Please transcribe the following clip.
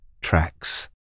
tracks